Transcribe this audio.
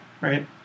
Right